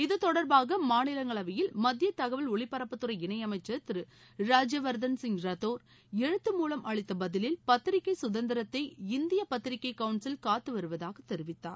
இத்தொடர்பாக மாநிலங்களவையில் மத்திய தகவல் ஒலிபரப்புத்துறை இணையமைச்சர் திரு ராஜ்பவர்தள் சிங் ரத்தோர் எழுத்து மூவம் அளித்த பதிலில் பத்திரிகை கதந்திரத்தை இந்திய பத்திரிகை கவுன்சில் காத்து வருவதாக தெரிவித்தார்